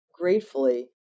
gratefully